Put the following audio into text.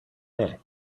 day